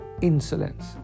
insolence